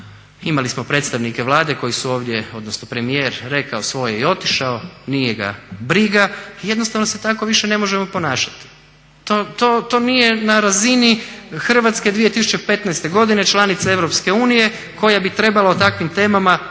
Imali smo predstavnike Vlade koji su ovdje, odnosno premijer rekao svoje i otišao, nije ga briga i jednostavno se tako više ne možemo ponašati. To nije na razini Hrvatske 2015.godine članice EU koja bi trebala o takvim temama